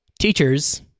teachers